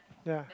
ya